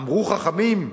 אמרו חכמים: